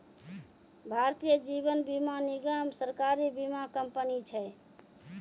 भारतीय जीवन बीमा निगम, सरकारी बीमा कंपनी छै